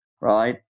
right